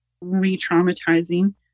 re-traumatizing